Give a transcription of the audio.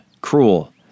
cruel